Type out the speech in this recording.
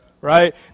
Right